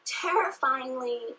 terrifyingly